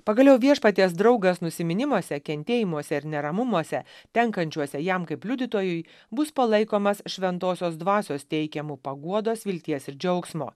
pagaliau viešpaties draugas nusiminimuose kentėjimuose ir neramumuose tenkančiuose jam kaip liudytojui bus palaikomas šventosios dvasios teikiamų paguodos vilties ir džiaugsmo